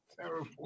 terrible